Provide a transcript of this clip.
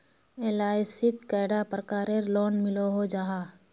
LIC शित कैडा प्रकारेर लोन मिलोहो जाहा?